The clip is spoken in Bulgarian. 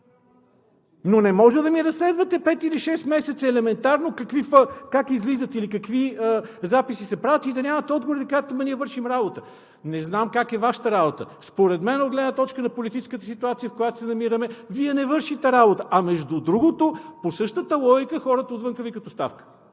Но не може да ми разследвате пет или шест месеца елементарно как излизат или какви записи се правят и да нямате отговори и да казвате: „Ама ние вършим работа!“ Не знам как е Вашата работа. Според мен от гледна точка на политическата ситуация, в която се намираме, Вие не вършите работа, а между другото, по същата логика хората отвън викат: „Оставка!“